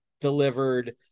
delivered